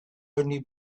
only